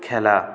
খেলা